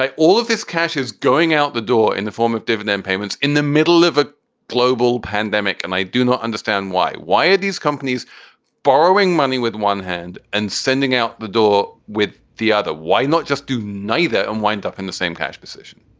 all of this cash is going out the door in the form of dividend payments in the middle of a global pandemic. and i do not understand why. why are these companies borrowing money with one hand and sending out the door with the other? why not just do neither and wind up in the same cash position?